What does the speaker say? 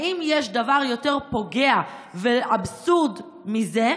האם יש דבר יותר פוגע ואבסורד מזה,